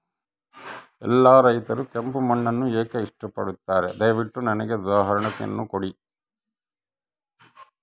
ಎಲ್ಲಾ ರೈತರು ಕೆಂಪು ಮಣ್ಣನ್ನು ಏಕೆ ಇಷ್ಟಪಡುತ್ತಾರೆ ದಯವಿಟ್ಟು ನನಗೆ ಉದಾಹರಣೆಯನ್ನ ಕೊಡಿ?